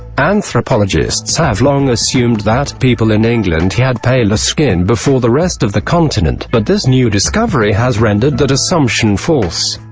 anthropologists have long assumed that, people in england had paler skin before the rest of the continent, but this new discovery has rendered that assumption false.